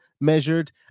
measured